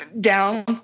down